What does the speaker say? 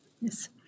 Yes